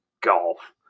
golf